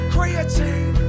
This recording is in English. Creatine